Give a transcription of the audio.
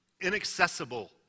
inaccessible